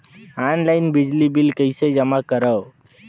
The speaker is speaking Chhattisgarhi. ऑनलाइन बिजली बिल कइसे जमा करव?